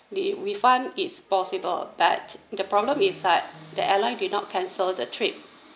the problem is like the airline did not cancel the trip